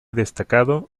destacado